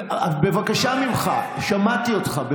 בבקשה ממך, שמעתי אותך.